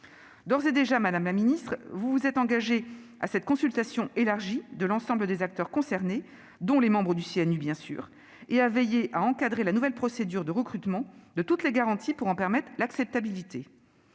d'ores et déjà engagée, madame la ministre, à cette consultation élargie de l'ensemble des acteurs concernés, dont des membres du CNU, et à veiller à encadrer la nouvelle procédure de recrutement de toutes les garanties pour en permettre l'acceptabilité.